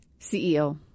CEO